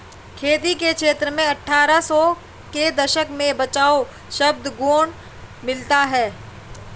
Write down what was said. खेती के क्षेत्र में अट्ठारह सौ के दशक में बचाव शब्द गौण मिलता है